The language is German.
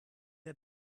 der